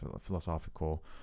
philosophical